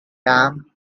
camp